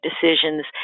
decisions